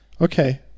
okay